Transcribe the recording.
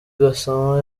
gassama